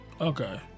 Okay